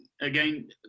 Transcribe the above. again